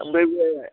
ओमफ्राय बे